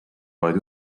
vaid